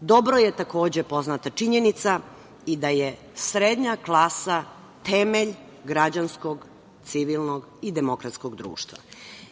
Dobro je, takođe, poznata činjenica i da je srednja klasa temelj građanskog, civilnog i demokratskog društva.